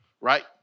right